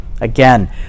Again